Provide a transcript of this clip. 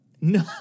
No